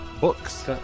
books